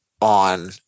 on